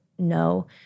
no